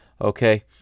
okay